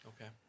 Okay